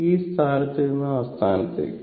ഈ സ്ഥാനത്ത് നിന്ന് ആ സ്ഥാനത്തേക്ക്